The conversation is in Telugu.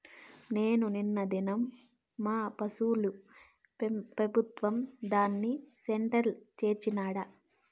నేను నిన్న దినం మా పశుల్ని పెబుత్వ దాణా సెంటర్ల చేర్చినాడ